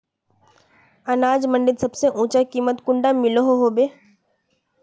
अनाज मंडीत सबसे ऊँचा कीमत कुंडा मिलोहो होबे?